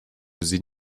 sie